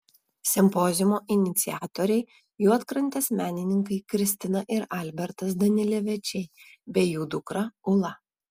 simpoziumo iniciatoriai juodkrantės menininkai kristina ir albertas danilevičiai bei jų dukra ula